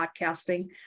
podcasting